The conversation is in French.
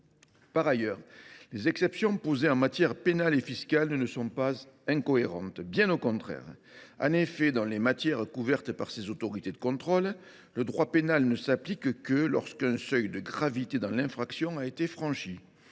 Par ailleurs, les exceptions posées en matière pénale et fiscale ne sont pas incohérentes, bien au contraire ! En effet, dans les matières couvertes par ces autorités de contrôle, le droit pénal ne s’applique que lorsqu’un seuil de gravité dans l’infraction a été franchi.